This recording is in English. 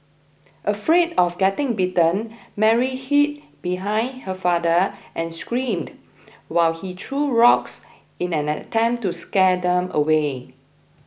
afraid of getting bitten Mary hid behind her father and screamed while he threw rocks in an attempt to scare them away